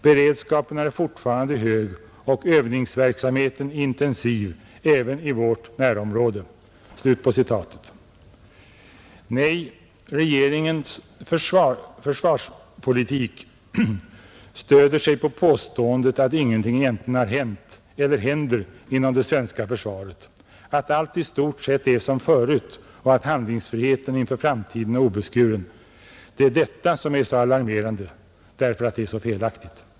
Beredskapen är fortfarande hög och övningsverksamheten intensiv även i vårt närområde.” Nej, regeringens försvarspolitik stöder sig på påståendet att ingenting egentligen har hänt eller händer inom det svenska försvaret, att allt är i stort sett som förut och att handlingsfriheten inför framtiden är obeskuren. Det är detta som är så alarmerande, därför att det är så felaktigt.